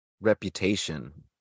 reputation